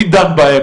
מי דן בהן,